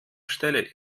stelle